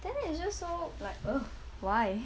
then it's just so like ugh why